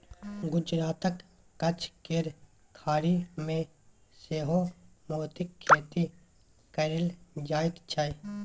गुजरातक कच्छ केर खाड़ी मे सेहो मोतीक खेती कएल जाइत छै